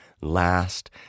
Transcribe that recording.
last